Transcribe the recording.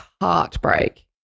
heartbreak